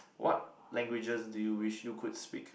what languages do you wish you could speak